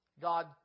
God